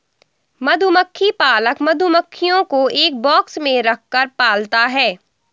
मधुमक्खी पालक मधुमक्खियों को एक बॉक्स में रखकर पालता है